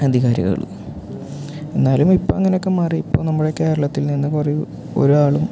അധികാരികൾ എന്നാലും ഇപ്പം അങ്ങനെ ഒക്കെ മാറി ഇപ്പം നമ്മളെ കേരളത്തിൽ നിന്ന് ഒരു ഒരാളും